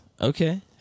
Okay